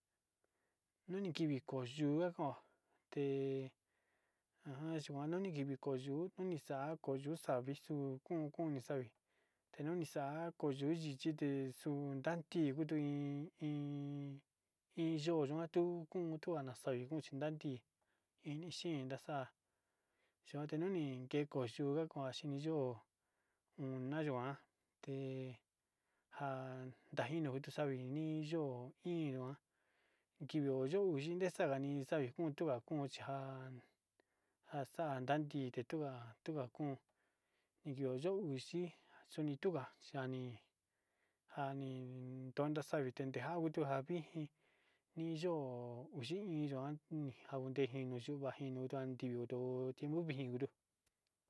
Noni kivi ko'ó yunga ko te ajan nani kivi ko'o yuu nini a'a ko'o yuu xavixo okon kuu savi, tenu nii xa' ko'o yuu chixuite tuu ndatin koikoin iin yo'o ñatutu, untuana savi kon chindadi ini xhi naxa'a xuanti noni ke ko'o yunga xuanti yo'ó onayuan nde najn ndaxanino konta savi nii iin yo'o iin njuan kivio xo'o unde xangani xavi konda kuun yian njanxan yandi tetua, tua kon iin yua yuu yichi xuni tunga xuani njani tunna xavi tude njau njua vixhi ni yo'o kunde ma'u ndeji nixuu ndajiyo ndandi yo'o tiempo vijinro.